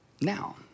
now